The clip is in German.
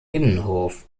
innenhof